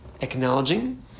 acknowledging